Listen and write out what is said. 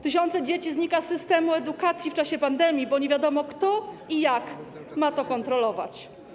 Tysiące dzieci znika z systemu edukacji w czasie pandemii, bo nie wiadomo, kto i jak ma to kontrolować.